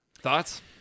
Thoughts